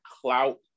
clout